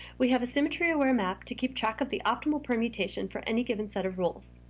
we have a symmetry-aware map to keep track of the optimal permutation for any given set of rules,